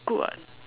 good [what]